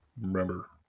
Remember